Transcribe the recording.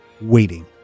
waiting